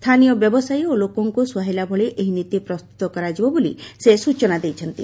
ସ୍ଥାନୀୟ ବ୍ୟବସାୟୀ ଓ ଲୋକଙ୍କୁ ସୁହାଇଲା ଭଳି ଏହି ନୀତି ପ୍ରସ୍ତୁତ କରାଯିବ ବୋଲି ସେ ସୂଚନା ଦେଇଛନ୍ତି